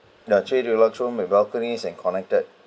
the three deluxe room with balconies and connected